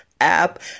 app